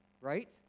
right